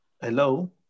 Hello